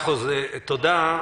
תודה.